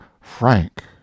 FRANK